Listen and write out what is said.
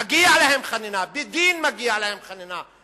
מגיעה להם חנינה, בדין מגיעה להם חנינה.